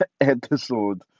episode